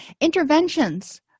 interventions